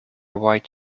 white